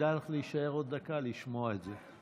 כדאי היה לך להישאר עוד דקה לשמוע את זה.